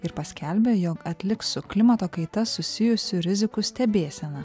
ir paskelbė jog atliks su klimato kaita susijusių rizikų stebėseną